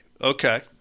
Okay